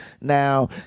Now